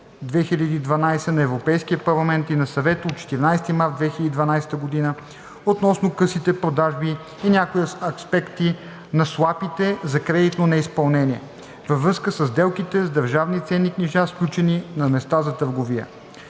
236/2012 на Европейския парламент и на Съвета от 14 март 2012 г. относно късите продажби и някои аспекти на суапите за кредитно неизпълнение във връзка със сделките с държавни ценни книжа, сключени на места за търговия.